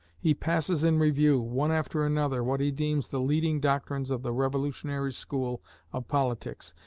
he passes in review, one after another, what he deems the leading doctrines of the revolutionary school of politics,